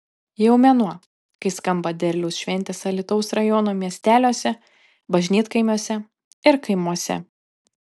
jau mėnuo kai skamba derliaus šventės alytaus rajono miesteliuose bažnytkaimiuose ir kaimuose